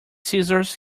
scissors